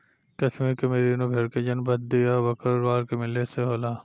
कश्मीर के मेरीनो भेड़ के जन्म भद्दी आ भकरवाल के मिले से होला